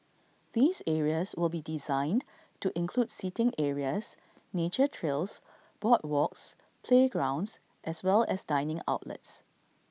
these areas will be designed to include seating areas nature trails boardwalks playgrounds as well as dining outlets